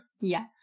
Yes